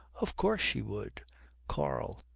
of course she would karl.